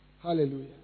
Hallelujah